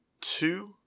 two